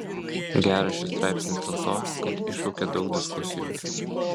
geras šis straipsnis dėl to kad iššaukė daug diskusijų